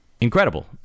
incredible